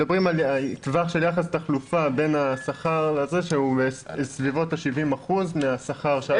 מדברים על טווח של יחס תחלופה בין השכר שהוא בסביבות 70% מהשכר.